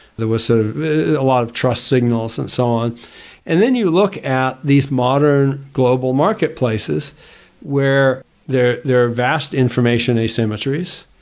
there was sort of a lot of trust signals and so on and then you look at this modern global marketplaces where there there are vast information asymmetries.